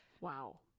Wow